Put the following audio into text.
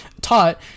Taught